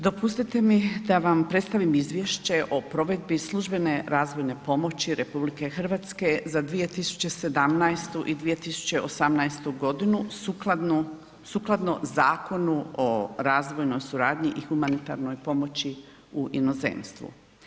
Dopustite mi da vam predstavim izvješće o provedbi službene razvojne pomoći RH za 2017. i 2018. godinu sukladno Zakonu o razvojnoj suradnji i humanitarnoj pomoći u inozemstvu.